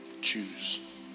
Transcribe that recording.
choose